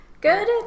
Good